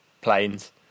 planes